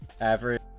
Average